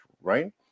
right